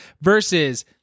versus